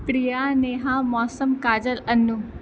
Priya Neha Mausam Kajal Annu